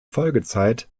folgezeit